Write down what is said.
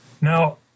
Now